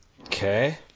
Okay